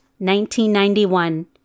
1991